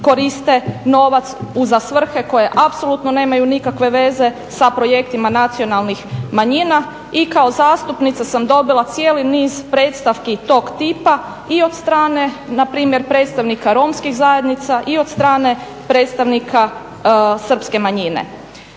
koriste novac u svrhe koje apsolutno nemaju nikakve veze sa projektima nacionalnih manjina i kao zastupnica sam dobila cijeli niz predstavki tog tipa i od strane npr. predstavnika Romskih zajednica i od strane predstavnika Srpske manjine.